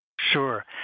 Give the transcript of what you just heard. Sure